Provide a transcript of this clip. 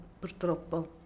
purtroppo